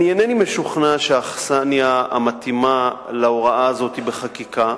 אינני משוכנע שהאכסניה המתאימה להוראה הזאת היא החקיקה.